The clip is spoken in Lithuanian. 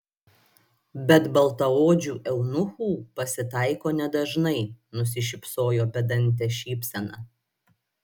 bet baltaodžių eunuchų pasitaiko nedažnai nusišypsojo bedante šypsena